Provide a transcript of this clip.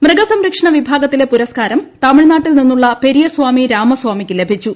മൃഗസംരക്ഷണ വിഭാഗത്തിലെ പുരസ്കാരം തമിഴ്നാട്ടിൽ നിന്നുള്ള പെരിയസാമി രാമസാമിക്ക് ലഭിച്ചു